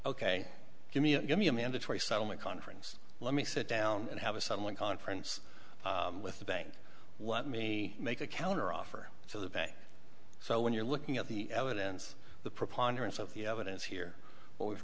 ok give me a give me a mandatory settlement conference let me sit down and have a someone conference with the bank want me make a counteroffer to the bank so when you're looking at the evidence the preponderance of the evidence here w